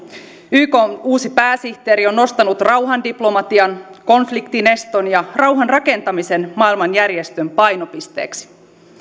ykn uusi pääsihteeri on nostanut rauhandiplomatian konfliktineston ja rauhanrakentamisen maailmanjärjestön painopisteiksi